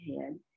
head